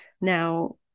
Now